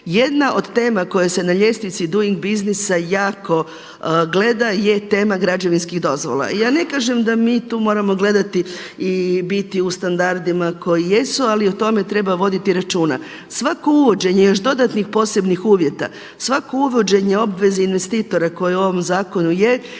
Jedna od tema koja se na ljestvici Donig Businessa jako gleda je tema građevinskih dozvola. Ja ne kažem da mi tu moramo gledati i biti u standardima koji jesu, ali o tome treba voditi računa. Svako uvođenje još dodatnih posebnih uvjeta, svako uvođenje obveze investitora koji u ovom zakonu je,